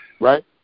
Right